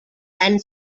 and